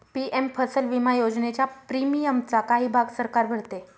PM फसल विमा योजनेच्या प्रीमियमचा काही भाग सरकार भरते